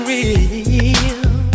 Real